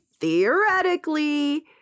theoretically